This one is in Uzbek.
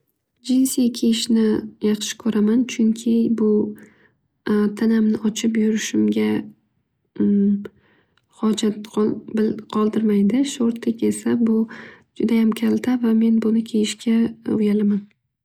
Jensiy kiyishni yaxshi ko'raman. Chunki bu tanamni ochib yurishimga hojat qoldirmaydi. Shortik esa juda kalta va men uni kiyib yurishga uyalaman.